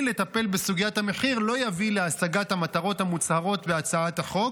לטפל בסוגיית המחיר לא יביא להשגת המטרות המוצהרות בהצעת החוק.